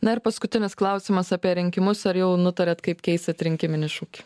na ir paskutinis klausimas apie rinkimus ar jau nutarėt kaip keisit rinkiminį šūkį